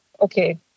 Okay